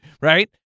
Right